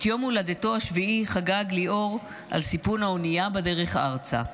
את יום הולדתו השביעי חגג ליאור על סיפון האונייה בדרך ארצה.